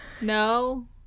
No